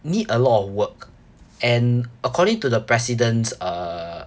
need a lot of work and according to the president's uh